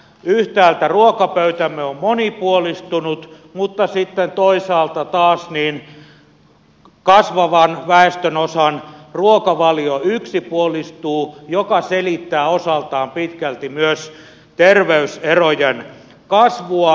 yhtäältä ruokapöytämme on monipuolistunut mutta sitten toisaalta taas kasvavan väestönosan ruokavalio yksipuolistuu mikä selittää osaltaan pitkälti myös terveyserojen kasvua